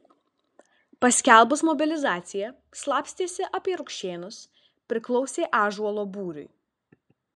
paskelbus mobilizaciją slapstėsi apie rukšėnus priklausė ąžuolo būriui